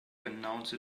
announce